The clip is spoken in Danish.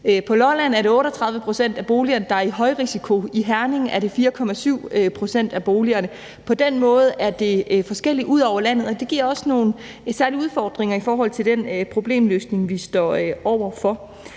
På Lolland er det 38 pct. af boligerne, der er i højrisiko. I Herning er det 4,7 pct. af boligerne. På den måde er det forskelligt fordelt ud over landet. Det giver også nogle særlige udfordringer i forhold til den problemløsning, vi står over for.